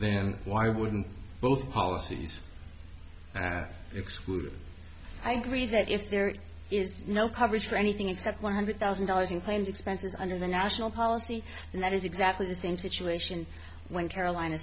then why wouldn't both policies that exclude i agree that if there is no coverage for anything except one hundred thousand dollars in claims expenses under the national policy and that is exactly the same situation when carolina